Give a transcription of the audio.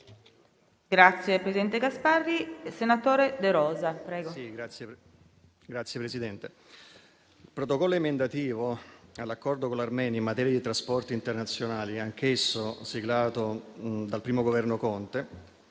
il Protocollo emendativo all'Accordo con l'Armenia in materia di trasporti internazionali, anch'esso siglato dal primo Governo Conte,